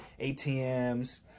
ATMs